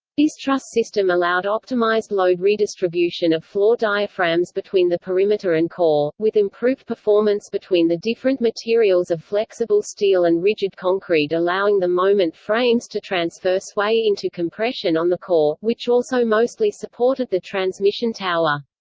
this truss system allowed optimized load redistribution of floor diaphragms between the perimeter and core, with improved performance between the different materials of flexible steel and rigid concrete allowing the moment frames to transfer sway into compression on the core, which also mostly supported the transmission tower.